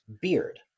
beard